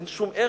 אין שום ערך.